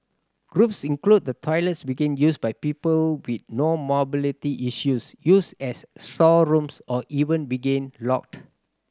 groups include the toilets begin used by people with no mobility issues used as storerooms or even being locked